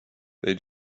they